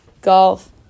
golf